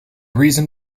reason